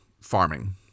farming